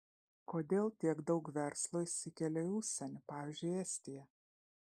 kodėl tiek daug verslo išsikelia į užsienį pavyzdžiui estiją